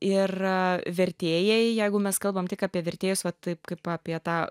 ir vertėjai jeigu mes kalbam tik apie vertėjus va taip kaip apie tą